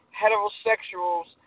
heterosexuals